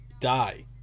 die